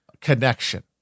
connection